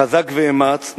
חזק ואמץ.